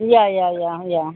yah yah yah yah